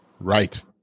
right